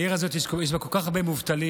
בעיר הזאת יש כל כך הרבה מובטלים.